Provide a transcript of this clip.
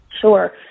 Sure